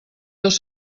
dos